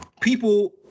people